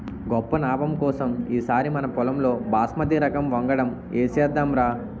గొప్ప నాబం కోసం ఈ సారి మనపొలంలో బాస్మతి రకం వంగడం ఏసేద్దాంరా